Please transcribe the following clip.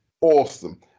Awesome